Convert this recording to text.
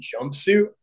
jumpsuit